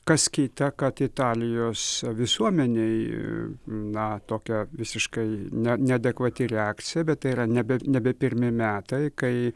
kas kitę kad italijos visuomenėj na tokia visiškai ne neadekvati reakcija bet tai yra nebe nebe pirmi metai kai